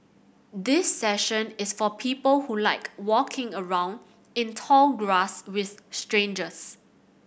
this session is for people who like walking around in tall grass with strangers